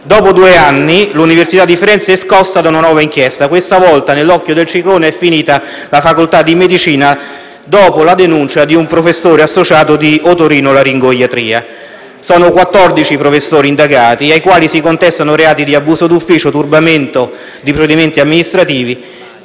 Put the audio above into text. Dopo due anni l'università di Firenze è scossa da una nuova inchiesta. Questa volta nell'occhio del ciclone è finita la facoltà di medicina, dopo la denuncia di un professore associato di otorinolaringoiatria. Sono 14 i professori indagati, ai quali si contestano i reati di abuso d'ufficio e turbamento di procedimenti amministrativi,